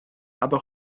aber